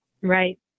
Right